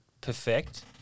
perfect